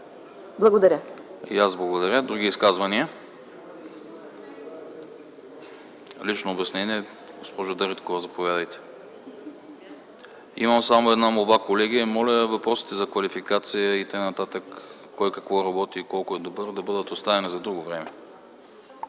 АНАСТАСОВ: И аз благодаря. Други изказвания? Лично обяснение – госпожо Дариткова, заповядайте. Имам само една молба, колеги. Моля въпросите за квалификации и т.н. – кой какво работи и колко е добър, да бъдат оставени за друго време.